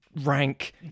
Rank